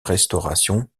restauration